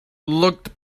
looked